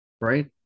Right